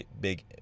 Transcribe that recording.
big